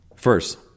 First